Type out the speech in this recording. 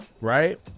right